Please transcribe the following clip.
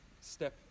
step